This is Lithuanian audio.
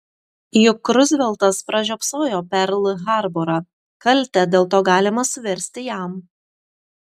juk ruzveltas pražiopsojo perl harborą kaltę dėl to galima suversti jam